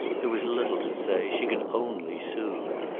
there was little to say. she could only soothe.